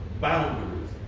boundaries